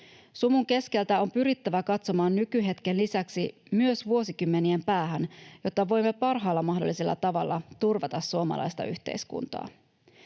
Sumun keskeltä on pyrittävä katsomaan nykyhetken lisäksi myös vuosikymmenien päähän, jotta voimme parhaalla mahdollisella tavalla turvata suomalaista yhteiskuntaa.